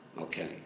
Okay